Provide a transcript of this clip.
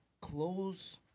close